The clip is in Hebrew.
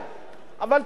אבל תראה מה קורה.